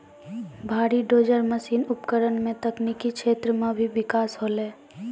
भारी dozer machine उपकरण सें तकनीकी क्षेत्र म भी बिकास होलय